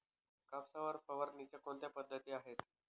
कापसावर फवारणीच्या कोणत्या पद्धती आहेत?